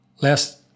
Last